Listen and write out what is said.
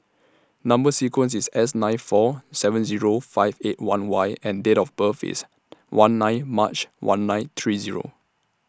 Number sequence IS S nine four seven Zero five eight one Y and Date of birth IS one nine March one nine three Zero